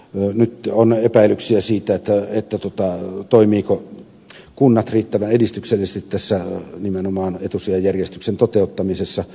nyt on epäilyksiä siitä toimivatko kunnat riittävän edistyksellisesti nimenomaan tässä etusijajärjestyksen toteuttamisessa